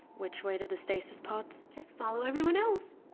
which way to the stasis pods? just follow everyone else